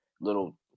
little